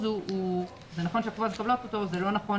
בדלת האחורית,